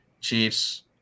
Chiefs